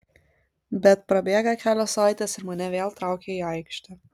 bet prabėga kelios savaitės ir mane vėl traukia į aikštę